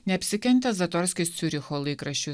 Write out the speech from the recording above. neapsikentęs zatorskis ciuricho laikraščiui